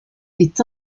est